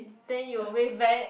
then you waved back